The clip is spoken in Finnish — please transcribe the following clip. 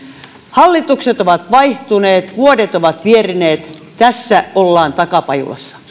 hallitukset ovat vaihtuneet vuodet ovat vierineet tässä ollaan takapajulassa